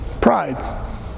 Pride